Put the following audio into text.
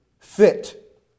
Fit